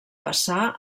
passar